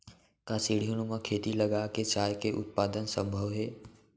का सीढ़ीनुमा खेती लगा के चाय के उत्पादन सम्भव हे?